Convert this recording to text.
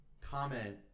comment